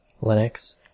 Linux